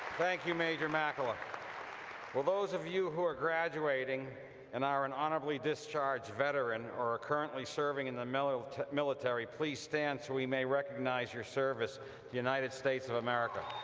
thank you major makela will those of you who are graduating and are an honorably discharged veteran or are currently serving in the military military please stand so we may recognize your service to the united states of america.